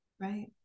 right